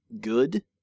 good